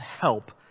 help